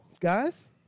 guys